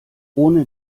ohne